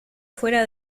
fuera